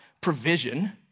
provision